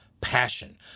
passion